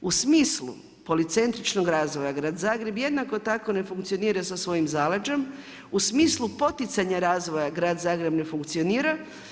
U smislu policentričnog razvoja grad Zagreb jednako tako ne funkcionira sa svojim zaleđem u smislu poticanja razvoja grad Zagreb ne funkcionira.